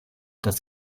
das